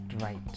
right